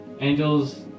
Angels